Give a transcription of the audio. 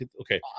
okay